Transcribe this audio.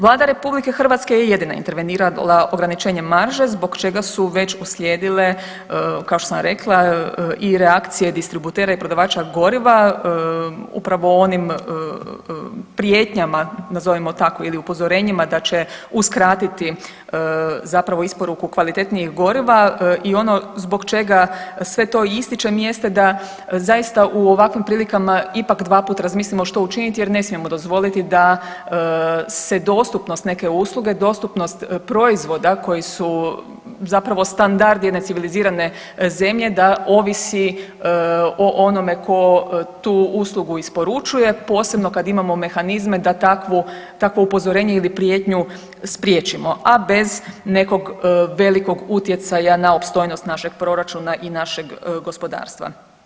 Vlada RH je jedina intervenirala ograničenjem marže zbog čega su već uslijedile kao što sam rekla i reakcije distributera i prodavača goriva upravo onim prijetnjama, nazovimo tako ili upozorenjima da će uskratiti zapravo isporuku kvalitetnijeg goriva i ono zbog čega sve to ističem jeste da zaista u ovakvim prilikama dvaput razmislimo što učiniti jer ne smijemo dozvoliti da se dostupnost neke usluge, dostupnost proizvoda koji su zapravo standard jedne civilizirane zemlje da ovisi o onome tko tu uslugu isporučuje posebno kad imamo mehanizme da takvo upozorenje ili prijetnju spriječimo a bez nekog velikog utjecaja na opstojnost našeg proračuna i našeg gospodarstva.